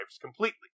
completely